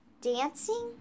dancing